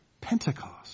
Pentecost